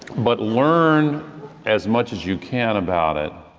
but learn as much as you can about it.